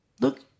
look